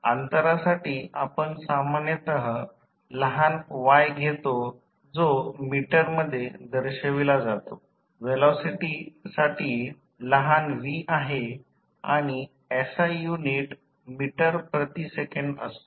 अंतरासाठी आपण सामान्यत लहान y घेतो जो मीटर मध्ये दर्शविला जातो व्हेलॉसिटी लहान v आहे आणि SI युनिट मीटर प्रति सेकंद असतो